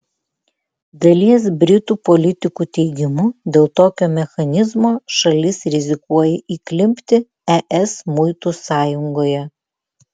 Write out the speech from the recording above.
dalies britų politikų teigimu dėl tokio mechanizmo šalis rizikuoja įklimpti es muitų sąjungoje